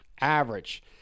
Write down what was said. average